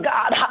God